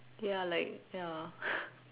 ya like ya